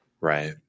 Right